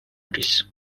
არის